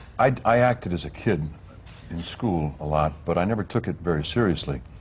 i i acted as a kid in school a lot, but i never took it very seriously.